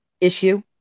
issue